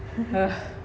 ugh